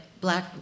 black